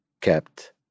kept